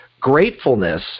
Gratefulness